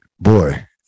boy